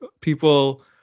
people